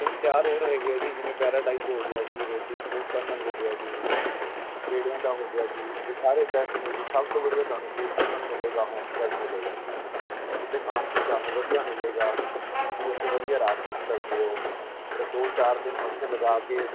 ਤਿੰਨ ਚਾਰ ਰੋਡ ਹੈਗੇ ਆ ਜੀ ਜਿਵੇਂ ਪੈਰਾਡਾਈਜ ਹੋ ਗਿਆ ਜੀ ਹਵੇਲੀ ਫੂਡ ਟਨਲ ਹੋ ਗਿਆ ਜੀ ਪੇੜਿਆਂ ਦਾ ਹੋ ਗਿਆ ਜੀ ਇਹ ਸਾਰੇ ਬੈਸਟ ਨੇ ਜੀ ਸਭ ਤੋਂ ਵਧੀਆ ਤੁਹਾਨੂੰ ਫੂਡ ਟਨਲ ਮਿਲੇਗਾ ਹੋਮ ਸੈਡ ਮਿਲੇਗਾ ਜੀ ਇਥੇ ਖਾਣ ਪੀਣ ਤੁਹਾਨੂੰ ਵਧੀਆ ਮਿਲੇਗਾ ਤੁਸੀਂ ਉੱਥੇ ਵਧੀਆ ਰਾਤ ਰੁਕ ਸਕਦੇ ਹੋ ਅਤੇ ਦੋ ਚਾਰ ਦਿਨ ਓਥੇ ਲਗਾ ਕੇ